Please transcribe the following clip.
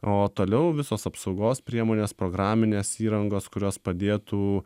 o toliau visos apsaugos priemonės programinės įrangos kurios padėtų